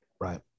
right